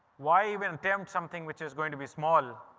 why even attempt something which is going to be small,